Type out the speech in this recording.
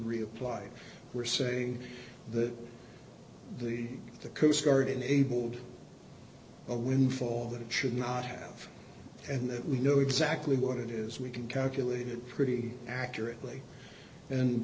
reapplied we're saying that the the coast guard enabled a windfall that it should not have and that we know exactly what it is we can calculate it pretty accurately and